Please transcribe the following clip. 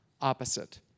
opposite